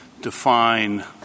define